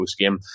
postgame